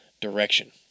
direction